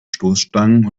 stoßstangen